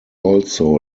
also